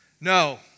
No